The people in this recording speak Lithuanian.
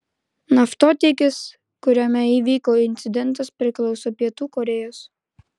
naftotiekis kuriame įvyko incidentas priklauso pietų korėjos